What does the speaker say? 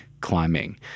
climbing